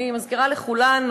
אני מזכירה לכולנו